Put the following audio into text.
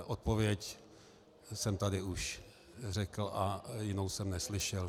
Odpověď jsem tady již řekl a jinou jsem neslyšel.